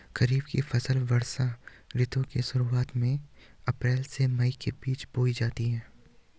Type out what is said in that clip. खरीफ की फसलें वर्षा ऋतु की शुरुआत में, अप्रैल से मई के बीच बोई जाती हैं